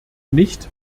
nicht